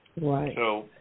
Right